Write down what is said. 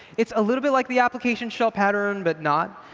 it's a little bit like the application shell pattern but not.